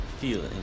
feeling